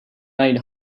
night